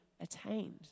attained